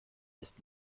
ist